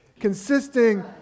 consisting